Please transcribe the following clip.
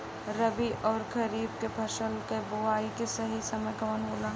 रबी अउर खरीफ के फसल के बोआई के सही समय कवन होला?